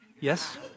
Yes